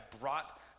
brought